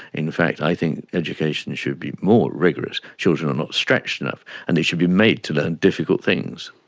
in fact i think education should be more rigorous. children are not stretched enough and they should be made to learn difficult things,